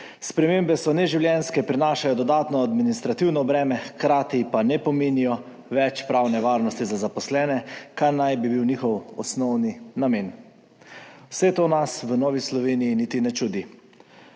Spremembe so neživljenjske, prinašajo dodatno administrativno breme, hkrati pa ne pomenijo več pravne varnosti za zaposlene, kar naj bi bil njihov osnovni namen. Vse to nas v Novi Sloveniji niti ne čudi.